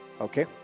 Okay